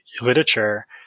literature